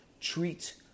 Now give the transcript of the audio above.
treat